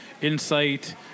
Insight